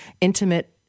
intimate